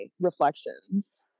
reflections